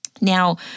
Now